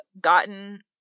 gotten